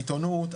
העיתונות,